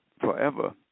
forever